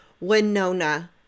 Winona